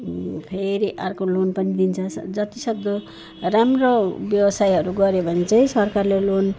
फेरि अर्को लोन पनि दिन्छ जति सक्दो राम्रो व्यवसायहरू गर्यो भने चाहिँ सरकारले लोन दिन्छ